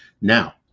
Now